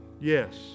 Yes